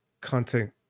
content